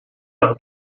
par